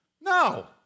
no